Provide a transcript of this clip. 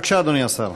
בבקשה, אדוני השר.